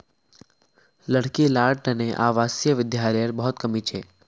लड़की लार तने आवासीय विद्यालयर बहुत कमी छ